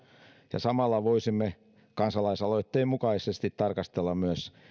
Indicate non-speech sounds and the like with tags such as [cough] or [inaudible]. ja samalla voisimme kansalaisaloitteen mukaisesti tarkastella myös [unintelligible]